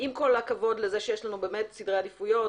עם כל הכבוד שיש סדרי עדיפויות,